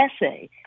essay